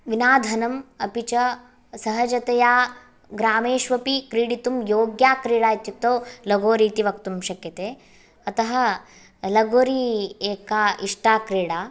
विना धनम् अपि च सहजतया ग्रामेष्वपि क्रीडितुं योग्या क्रीडा इत्युक्तौ लगोरि इति वक्तुं शक्यते अतः लगोरि एका इष्टा क्रीडा